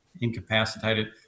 incapacitated